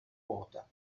quota